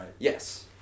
Yes